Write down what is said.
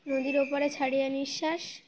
নদীর ওপারে ছাড়িয়ো নিঃশ্বাস